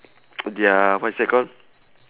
their what is that call